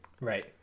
Right